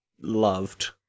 loved